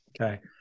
Okay